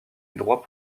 droit